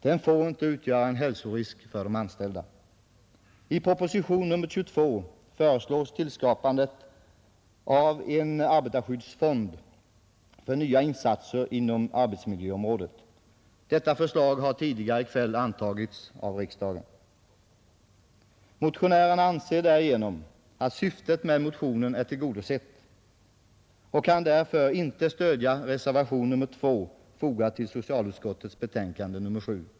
Den får inte utgöra en hälsorisk för de anställda. I proposition nr 22 föreslås tillskapandet av en arbetarskyddsfond för nya insatser inom arbetsmiljöområdet. Detta förslag har tidigare i kväll antagits av riksdagen. Motionärerna anser att syftet med motionen därigenom är tillgodosett och kan därför inte stödja reservationen 2, fogad till socialutskottets betänkande nr 7.